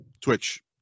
Twitch